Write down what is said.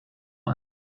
mine